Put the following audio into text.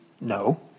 No